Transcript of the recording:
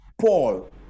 Paul